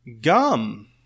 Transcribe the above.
Gum